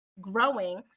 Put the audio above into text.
growing